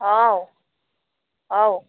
ꯍꯥꯎ ꯑꯥꯎ